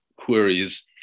queries